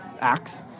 acts